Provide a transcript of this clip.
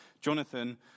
Jonathan